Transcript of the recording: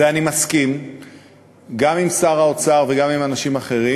ואני מסכים גם עם שר האוצר וגם עם אנשים אחרים,